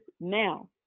now